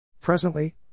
Presently